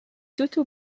toto